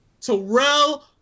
Terrell